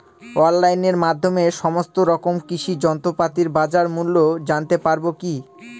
অনলাইনের মাধ্যমে সমস্ত রকম কৃষি যন্ত্রপাতির বাজার মূল্য জানতে পারবো কি?